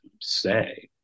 say